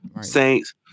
Saints